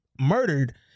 murdered